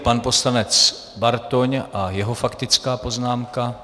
Pan poslanec Bartoň a jeho faktická poznámka.